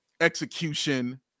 Execution